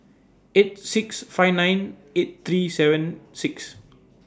eight six five nine eight three seven six